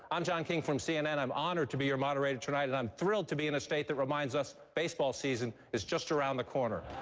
i'm john king from cnn. i'm honored to be your moderator tonight and i'm thrilled to be in a state that reminds us baseball season is just around the corner.